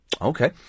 Okay